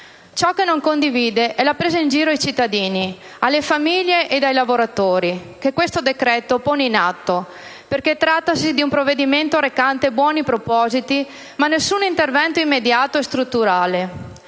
Ciò che non condivide è la presa in giro dei cittadini, delle famiglie e dei lavoratori che questo decreto pone in atto, perché trattasi di un provvedimento recante buoni propositi, ma nessun intervento immediato e strutturale.